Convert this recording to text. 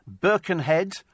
Birkenhead